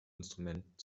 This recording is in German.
instrument